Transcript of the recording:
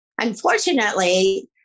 Unfortunately